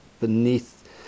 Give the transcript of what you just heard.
beneath